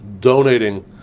donating